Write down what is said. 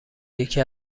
یکی